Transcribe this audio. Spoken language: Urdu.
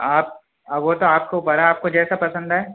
آپ وہ تو آپ کو بڑا آپ کو جیسا پسند ہے